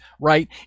right